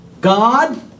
God